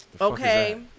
Okay